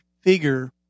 figure